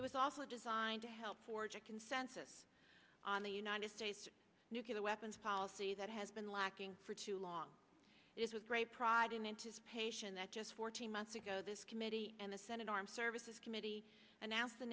it was also designed to help forge a consensus on the united states nuclear weapons policy that has been lacking for too long is with great pride in anticipation that just fourteen months ago this committee and the senate armed services committee announced the